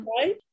Right